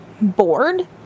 bored